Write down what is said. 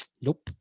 Nope